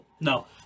No